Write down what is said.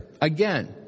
Again